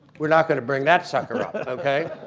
we're not going to bring that sucker up. ok?